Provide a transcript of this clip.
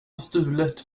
stulet